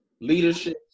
leadership